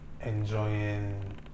enjoying